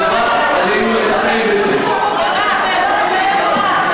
חובה עלינו לטפל בזה.